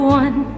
one